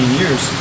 years